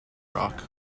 rock